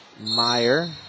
Meyer